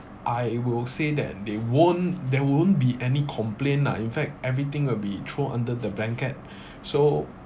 I will say that they won't there won't be any complain nah in fact everything will be throw under the blanket so